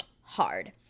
hard